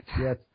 Yes